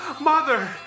Mother